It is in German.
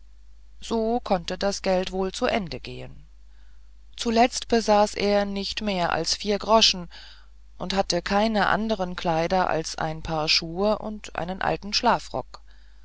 so konnte das geld wohl zu ende gehen zuletzt besaß er nicht mehr als vier groschen und hatte keine anderen kleider als ein paar schuhe und einen alten schlafrock